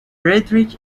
frederick